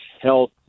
health